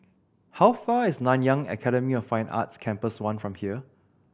how far is Nanyang Academy of Fine Arts Campus One from here